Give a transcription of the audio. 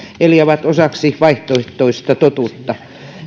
eli ovat osaksi vaihtoehtoista totuutta